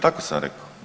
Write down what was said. Tako sam rekao.